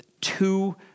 two